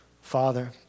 Father